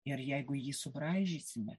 ir jeigu jį subraižysime